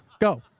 Go